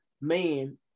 man